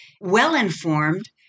well-informed